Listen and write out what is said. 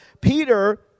Peter